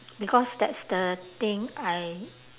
because that's the thing I